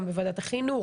גם בוועדת החינוך,